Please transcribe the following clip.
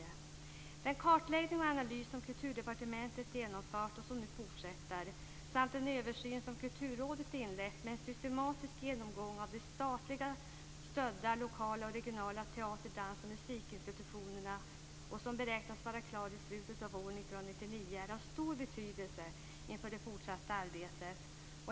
Den kartläggning och analys som Kulturdepartementet har genomfört och som nu fortsätter samt den översyn som Kulturrådet inlett med en systematisk genomgång av de statligt stödda lokala och regionala teater-, dans och musikinstitutionerna och som beräknas vara klar vid slutet av år 1999, är av stor betydelse inför det fortsatta arbetet.